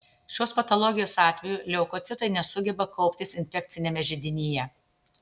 šios patologijos atveju leukocitai nesugeba kauptis infekciniame židinyje